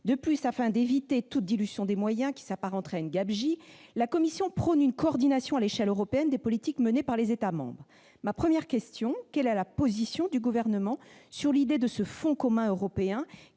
De plus, afin d'éviter toute dilution des moyens, qui s'apparenterait à une gabegie, la Commission prône une coordination à l'échelle européenne des politiques menées par les États membres. Dans cette perspective, quelle est la position du Gouvernement sur l'idée d'un fonds commun européen